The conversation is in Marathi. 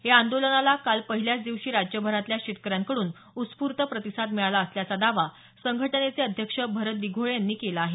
या आंदोलनाला काल पहिल्याच दिवशी राज्यभरातल्या शेतकऱ्यांकडून उत्स्फूर्त प्रतिसाद मिळाला असल्याचा दावा संघटनेचे अध्यक्ष भरत दिघोळे यांनी केला आहे